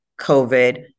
COVID